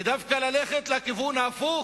ודווקא ללכת בכיוון ההפוך: